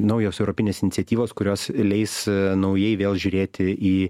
naujos europinės iniciatyvos kurios leis naujai vėl žiūrėti į